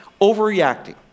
Overreacting